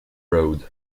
road